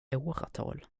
åratal